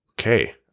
Okay